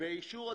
באישור התקנות.